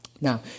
Now